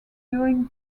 during